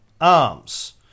arms